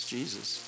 Jesus